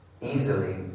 easily